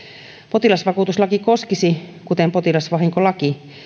potilasvakuutuslaki koskisi kuten potilasvahinkolaki